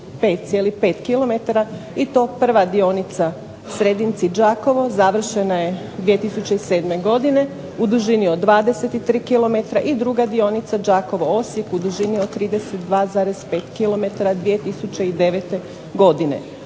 55,5 km i to prva dionica Sredinci – Đakovo završena je 2007. godine u dužini od 23 km i druga dionica Đakovo – Osijek u dužini od 32,5 km 2009. godine.